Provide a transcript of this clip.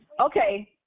Okay